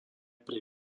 pri